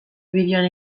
bideoan